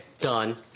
Done